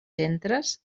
centres